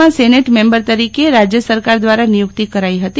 ના senate member તરીકે રાજ્યસરકાર દ્વારા નિયુક્તિ કરાઈ હતી